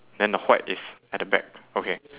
then the white is at the back okay